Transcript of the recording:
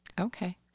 Okay